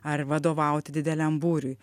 ar vadovauti dideliam būriui